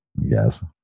Yes